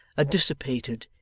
a dissipated,